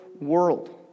world